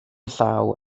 llaw